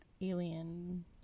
alien